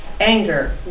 anger